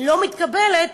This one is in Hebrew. לא מתקבלת,